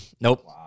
Nope